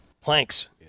Planks